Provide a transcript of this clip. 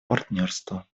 партнерству